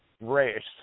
race